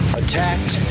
attacked